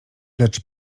lecz